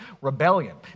rebellion